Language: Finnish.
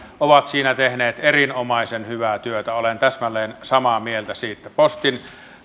ovat siinä tehneet erinomaisen hyvää työtä olen täsmälleen samaa mieltä siitä postin